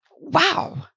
Wow